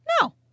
No